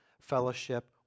fellowship